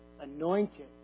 anointed